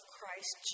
Christ